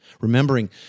Remembering